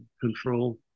control